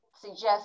suggest